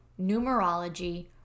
numerology